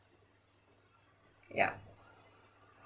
yup